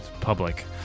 public